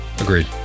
agreed